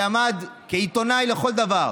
שעמד כעיתונאי לכל דבר